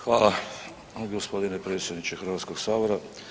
Hvala gospodine predsjedniče Hrvatskog sabora.